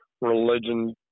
religion